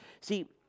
See